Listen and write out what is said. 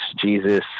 Jesus